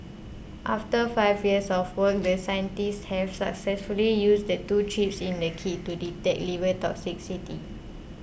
after five years of work the scientists have successfully used the two chips in the kit to detect liver toxicity